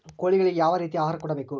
ಕೋಳಿಗಳಿಗೆ ಯಾವ ರೇತಿಯ ಆಹಾರ ಕೊಡಬೇಕು?